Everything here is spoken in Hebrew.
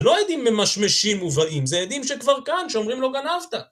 לא עדים ממשמשים ובאים, זה עדים שכבר כאן, שאומרים לו גנבת